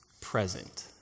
present